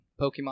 Pokemon